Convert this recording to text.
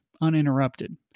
uninterrupted